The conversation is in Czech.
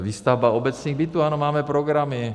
Výstavba obecních bytů ano, máme programy.